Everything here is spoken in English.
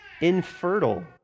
infertile